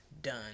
Done